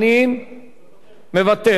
חבר הכנסת יעקב כץ, איננו.